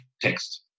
text